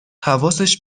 حواسش